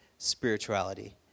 Spirituality